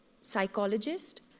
psychologist